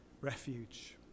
refuge